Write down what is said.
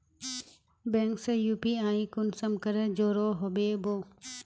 Bank से UPI कुंसम करे जुड़ो होबे बो?